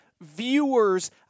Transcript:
viewers